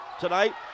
tonight